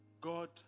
God